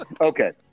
Okay